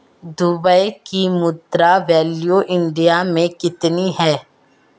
Dubai की मुद्रा value India मे कितनी है?